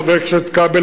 חבר הכנסת כבל,